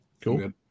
Cool